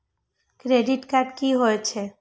Credit card की होय छै?